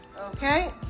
okay